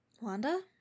Wanda